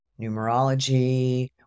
numerology